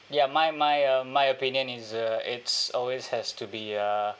ya my my uh my opinion is uh it's always has to be uh